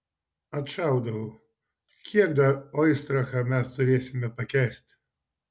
atšaudavau kiek dar oistrachą mes turėsime pakęsti